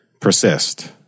persist